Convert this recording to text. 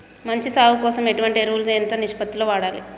మంచి సాగు కోసం ఎటువంటి ఎరువులు ఎంత నిష్పత్తి లో వాడాలి?